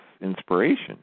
inspiration